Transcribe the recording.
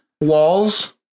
walls